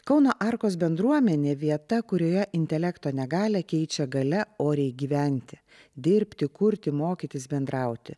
kauno arkos bendruomenė vieta kurioje intelekto negalią keičia galia oriai gyventi dirbti kurti mokytis bendrauti